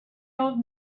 old